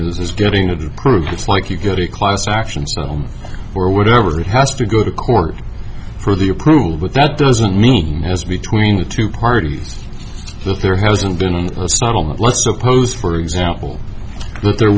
is getting a progress like you go to a class action or whatever it has to go to court for the approval but that doesn't mean as between the two parties that there hasn't been a startlement let's suppose for example that there